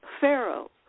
Pharaoh